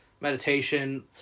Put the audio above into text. meditation